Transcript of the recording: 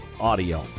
Audio